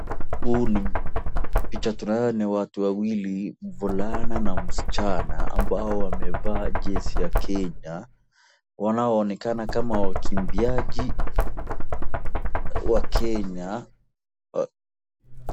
Huu picha tunaona ni watu wawili mvulana na msichana ambao wamevaa jezi ya Kenya wanaoonekana kama wakimbiaji wa Kenya.